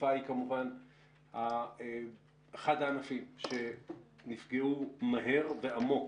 התעופה היא כמובן אחד הענפים שנפגעו מהר ועמוק